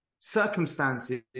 circumstances